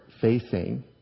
facing